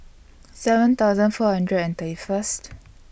seven thousand four hundred and thirty First